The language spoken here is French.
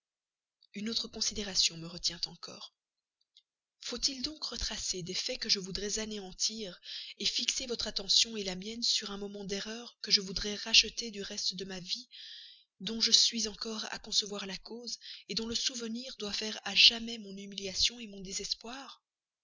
une autre considération me retient encore faut-il donc retracer des faits que je voudrais anéantir fixer votre attention la mienne sur un moment d'erreur que je voudrais racheter du reste de ma vie dont je suis encore à concevoir la cause dont le souvenir doit faire à jamais mon humiliation mon désespoir